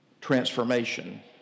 transformation